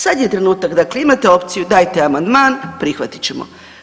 Sad je trenutak dakle imate opciju imajte amandman, prihvatit ćemo.